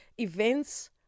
events